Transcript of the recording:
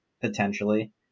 Potentially